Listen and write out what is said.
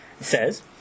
says